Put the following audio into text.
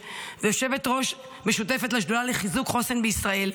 ויושבת-ראש משותפת של השדולה לחיזוק חוסן בישראל,